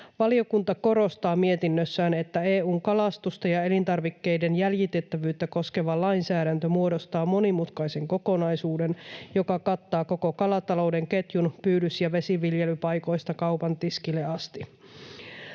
Valiokunta korostaa mietinnössään, että EU:n kalastusta ja elintarvikkeiden jäljitettävyyttä koskeva lainsäädäntö muodostaa monimutkaisen kokonaisuuden, joka kattaa koko kalatalouden ketjun pyydys- ja vesiviljelypaikoista kaupan tiskille asti.